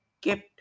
kept